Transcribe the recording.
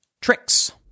tricks